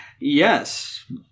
Yes